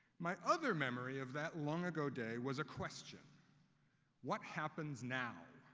my other memory of that long-ago day was a question what happens now?